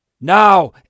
now